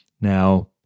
Now